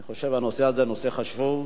אני חושב שהנושא הזה הוא נושא חשוב,